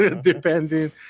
depending